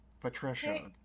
Patricia